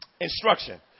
Instruction